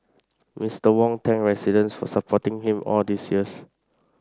Mister Wong thanked residents for supporting him all these years